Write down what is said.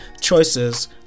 choices